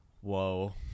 Whoa